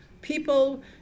people